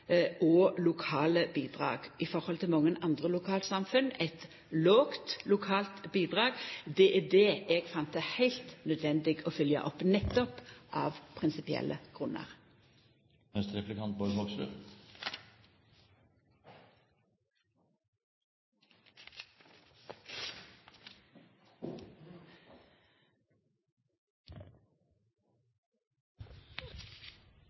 og lokale bidrag – og i forhold til mange andre lokalsamfunn, eit lågt lokalt bidrag. Det fann eg heilt nødvendig å følgja opp, nettopp av prinsipielle